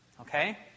Okay